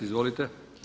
Izvolite.